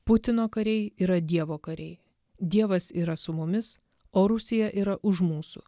putino kariai yra dievo kariai dievas yra su mumis o rusija yra už mūsų